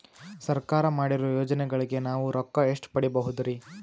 ಸರ್ಕಾರ ಮಾಡಿರೋ ಯೋಜನೆಗಳಿಗೆ ನಾವು ರೊಕ್ಕ ಎಷ್ಟು ಪಡೀಬಹುದುರಿ?